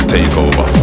Takeover